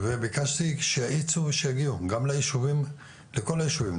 ביקשתי שיגיעו לכל היישובים,